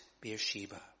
Beersheba